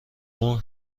اون